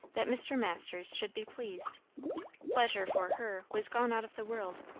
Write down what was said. that mr. masters should be pleased pleasure for her was gone out of the world.